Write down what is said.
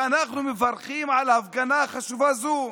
ואנחנו מברכים על ההפגנה החשובה הזו.